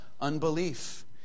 unbelief